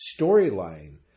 storyline